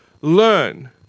Learn